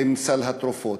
בסל התרופות.